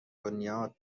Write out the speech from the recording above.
بنیاد